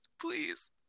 Please